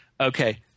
Okay